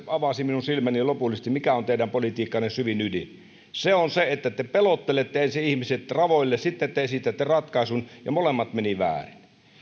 avasi minun silmäni lopullisesti näkemään mikä on teidän politiikkanne syvin ydin se on se että te pelottelette ensin ihmiset ravoille sitten te esitätte ratkaisun ja molemmat menivät väärin